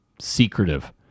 secretive